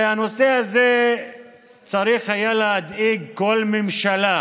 הרי הנושא הזה היה צריך להדאיג כל ממשלה,